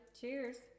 cheers